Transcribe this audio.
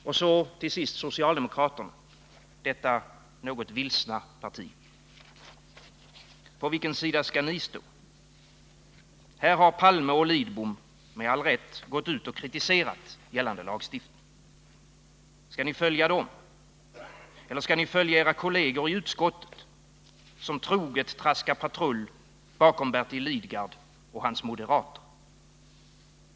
Och så till sist till socialdemokraterna, detta något vilsna parti: På vilken sida skall ni stå? Här har Olof Palme och Carl Lidbom, med all rätt, gått ut och kritiserat gällande lagstiftning. Skall ni följa dem? Eller skall ni följa era kolleger i utskottet, som troget traskar patrull bakom Bertil Lidgard och hans moderater?